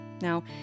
Now